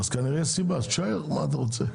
אז כנראה יש סיבה, אז תישאר, מה אתה רוצה?